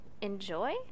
enjoy